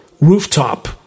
rooftop